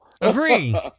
Agree